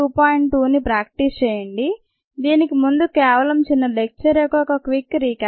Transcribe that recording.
2 ని ప్రాక్టీస్ చేయండి దీనికి ముందు కేవలం చిన్న లెక్చర్ యొక్క ఒక క్విక్ రీక్యాప్